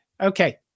Okay